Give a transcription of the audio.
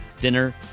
dinner